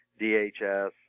DHS